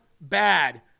bad